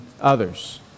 others